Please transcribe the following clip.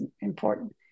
important